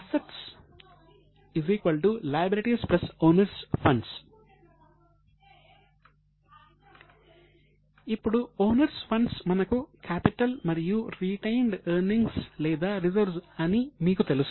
assets ఇప్పుడు owners funds అని మీకు తెలుసు